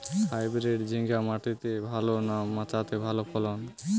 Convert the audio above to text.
Hybrid ঝিঙ্গা মাটিতে ভালো না মাচাতে ভালো ফলন?